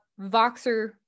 Voxer